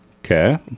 okay